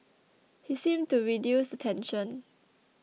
he seemed to reduce the tension